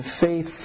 faith